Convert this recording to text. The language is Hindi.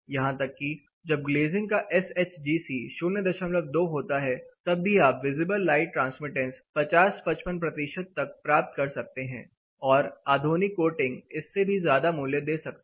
यहां तक कि जब ग्लेजिंग का एस एच जी सी 02 होता है तब भी आप विजिबल लाइट ट्रांसमिटेंस 50 55 प्रतिशत तक प्राप्त कर सकते हैं और आधुनिक कोटिंग इससे भी ज्यादा मूल्य दे सकते हैं